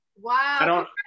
Wow